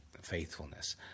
faithfulness